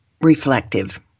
reflective